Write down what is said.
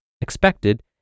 expected